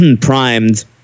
primed